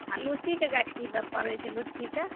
आ लुच्चीके गाछ की दर पड़ै छै लुच्चीके